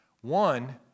One